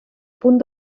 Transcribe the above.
punt